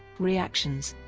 reactions